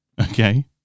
Okay